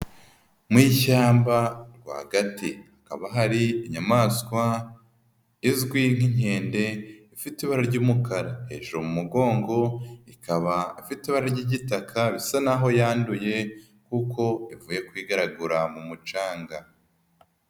Mu ishyamba rwagati. Hakaba hari inyamaswa izwi nk'inkende ,ifite ibara ry'umukara. Hejuru mumugongo ikaba ifite ibara ry'igitaka bisa naho yanduye kuko ivuye kwigaragura mu mucanga.